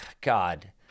God